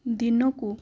ଦିନକୁ